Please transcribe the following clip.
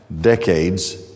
decades